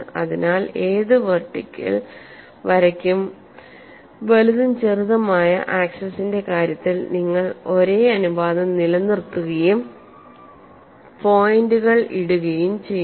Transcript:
അതിനാൽ ഏത് വെർട്ടിക്കൽ വരയ്ക്കും വലുതും ചെറുതുമായ ആക്സിസിന്റെ കാര്യത്തിൽ നിങ്ങൾ ഒരേ അനുപാതം നിലനിർത്തുകയും പോയിന്റുകൾ ഇടുകയും ചെയ്യുന്നു